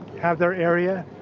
have their area.